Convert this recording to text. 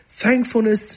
thankfulness